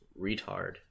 retard